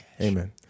Amen